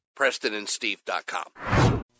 PrestonandSteve.com